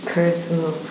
personal